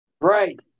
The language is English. Right